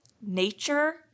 nature